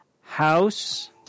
House